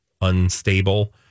unstable